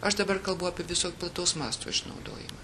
aš dabar kalbu apie viso plataus masto išnaudojimą